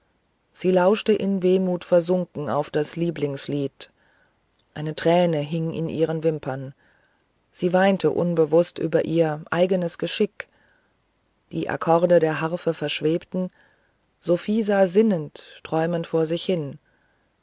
sie lauschte in wehmut versunken auf das lieblingslied eine träne hing in ihren wimpern sie weinte unbewußt über ihr eigenes geschick die akkorde der harfe vorschwebten sophie sah sinnend träumend vor sich hin